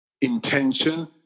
intention